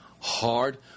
hard